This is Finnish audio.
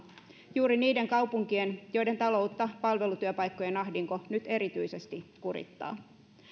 juuri niiden kaupunkien joiden taloutta palvelutyöpaikkojen ahdinko nyt erityisesti kurittaa